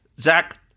Zach